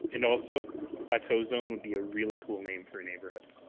and also plateau zone would be a really cool name for a neighbourhood.